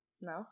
No